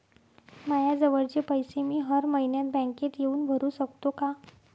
मायाजवळचे पैसे मी हर मइन्यात बँकेत येऊन भरू सकतो का?